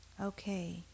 Okay